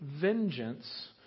vengeance